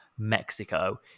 Mexico